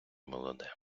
молоде